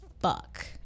fuck